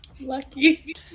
Lucky